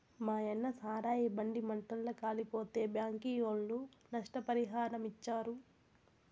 మాయన్న సారాయి బండి మంటల్ల కాలిపోతే బ్యాంకీ ఒళ్ళు నష్టపరిహారమిచ్చారు